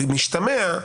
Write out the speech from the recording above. במשתמע,